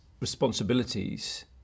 responsibilities